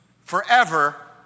forever